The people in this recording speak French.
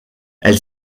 elle